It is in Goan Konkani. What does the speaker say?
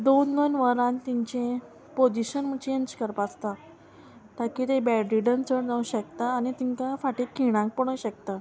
दोन दोन वरान तेंचे पोजीशन चेंज करपा आसता ताकी तें बॅडरिडन चड जावं शेकता आनी तेंकां फाटीं खिणाक पडो शेकता